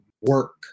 work